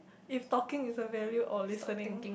if talking is a value or listening